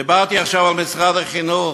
דיברתי עכשיו על משרד החינוך.